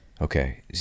Okay